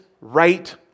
right